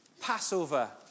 Passover